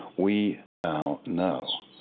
we now know